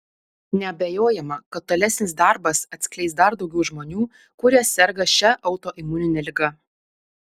neabejojama kad tolesnis darbas atskleis dar daugiau žmonių kurie serga šia autoimunine liga